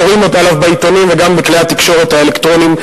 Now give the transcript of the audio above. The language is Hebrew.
קוראים עליו בעיתונים וגם בכלי התקשורת האלקטרוניים,